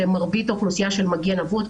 שמרבית האוכלוסייה של מגן אבות,